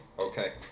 Okay